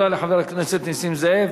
תודה לחבר הכנסת נסים זאב.